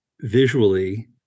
visually